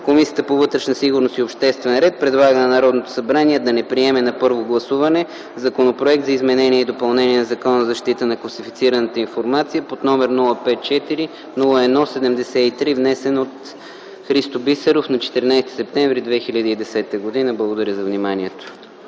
Комисията по вътрешна сигурност и обществен ред предлага на Народното събрание да не приеме на първо гласуване Законопроекта за изменение и допълнение на Закона за защита на класифицираната информация, № 054-01-73, внесен от Христо Бисеров на 14 септември 2010 г.” Благодаря.